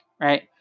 right